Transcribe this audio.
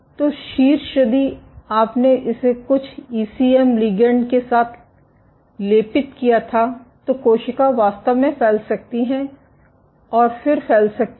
तो शीर्ष यदि आपने इसे कुछ ईसीएम लिगैंड के साथ लेपित किया था तो कोशिका वास्तव में फैल सकती हैं और फिर फैल सकती है